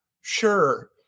sure